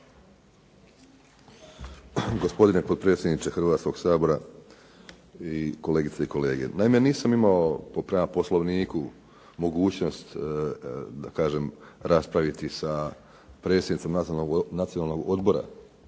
Gospodine potpredsjedniče Hrvatskog sabora, i kolegice i kolege. Naime, nisam imao prema Poslovniku mogućnost da kažem raspraviti sa predsjednicom Nacionalnog odbora